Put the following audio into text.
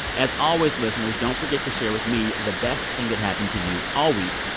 as always, listeners, don't forget to share with me the best thing that happened to you all week.